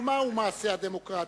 ומהו מעשה הדמוקרטיה?